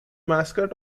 mascot